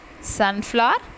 Sunflower